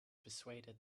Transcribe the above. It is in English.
persuaded